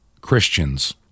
Christians